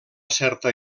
certa